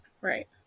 Right